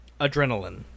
Adrenaline